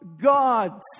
God